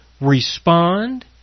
respond